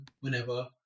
whenever